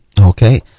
Okay